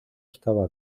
estaba